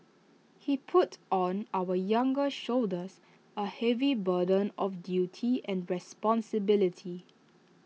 he put on our younger shoulders A heavy burden of duty and responsibility